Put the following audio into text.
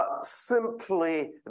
simply